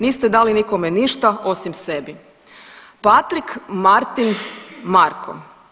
Niste dali nikome ništa osim sebi Patrik Martin Marko.